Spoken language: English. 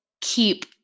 keep